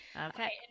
Okay